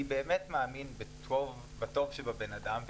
אני באמת מאמין בטוב שבבן אדם,